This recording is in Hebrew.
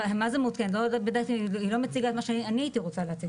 אבל היא לא מציגה את מה שאני הייתי רוצה להציג.